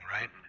right